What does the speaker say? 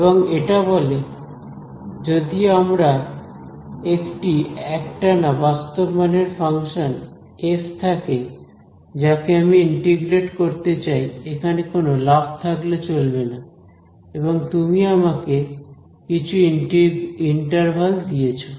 এবং এটা বলে যদি আমার একটি একটানা বাস্তব মানের ফাংশন এফ থাকে যাকে আমি ইন্টিগ্রেট করতে চাই এখানে কোন লাফ থাকলে চলবে না এবং তুমি আমাকে কিছু ইন্টারভাল দিয়েছো